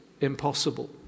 Impossible